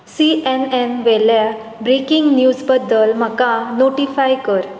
C N N वेल्या breaking news बद्दल म्हाका नोटीफाय कर